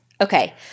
Okay